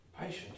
Patience